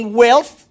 wealth